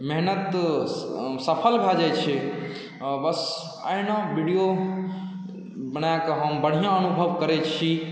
मेहनत सफल भऽ जाय छै बस एहिना वीडियो बनाके हम बढ़िया अनुभव करय छी